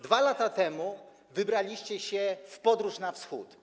2 lata temu wybraliście się w podróż na Wschód.